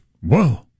Whoa